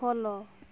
follow